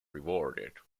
rewarded